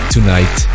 tonight